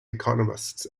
economists